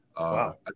Wow